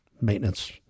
maintenance